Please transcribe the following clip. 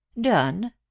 Done